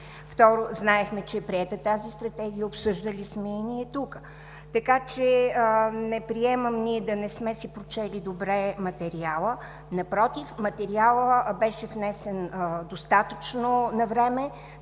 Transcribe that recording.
Второ, знаехме, че е приета тази Стратегия, обсъждали сме я и ние тук. Така че не приемам ние да не сме си прочели добре материала. Напротив, материалът беше внесен достатъчно навреме,